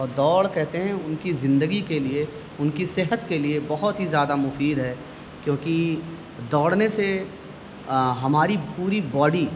اور دوڑ کہتے ہیں ان کی زندگی کے لیے ان کی صحت کے لیے بہت ہی زیادہ مفید ہے کیونکہ دوڑنے سے ہماری پوری باڈی